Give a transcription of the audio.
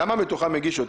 כמה מתוכן הגישו?